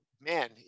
man